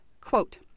quote